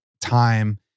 time